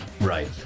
Right